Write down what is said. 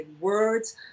words